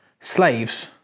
Slaves